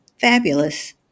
fabulous